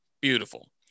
Beautiful